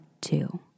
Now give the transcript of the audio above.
two